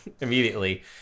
immediately